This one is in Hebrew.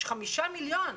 יש חמישה מיליון.